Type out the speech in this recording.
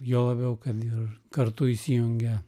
juo labiau kad ir kartu įsijungia